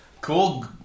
cool